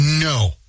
no